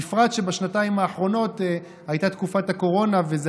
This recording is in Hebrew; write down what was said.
בפרט שבשנתיים האחרונות הייתה תקופת הקורונה וזו